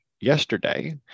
yesterday